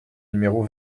numéro